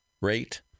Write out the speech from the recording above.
rate